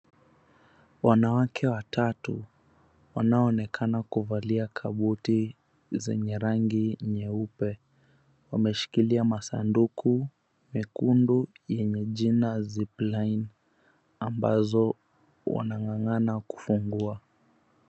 Wanawake watatu, wanaoonekana kuvalia kabuti zenye rangi nyeupe, wameshikilia masanduku mekundu yenye jina Zipline, ambazo wanang'ang'ana kufungua.